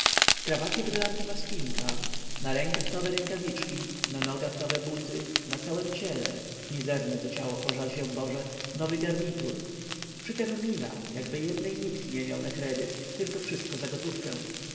w krawacie brylantowa spinka na rękach nowe rękawiczki na nogach nowe buty na całem ciele mizerne to ciało pożal się boże nowy garnitur przytem mina jakby jednej nitki nie miał na kredyt tylko wszystko za gotówkę